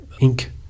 ink